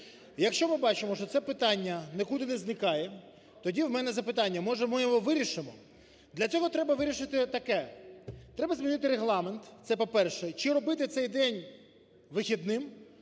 Якщо ми бачимо, що це питання нікуди не зникає, тоді у мене запитання: може ми його вирішимо. Для цього треба вирішити таке: треба змінити Регламент, це, по-перше, чи робити цей день вихідним